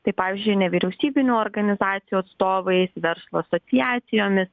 tai pavyzdžiui nevyriausybinių organizacijų atstovais verslo asociacijomis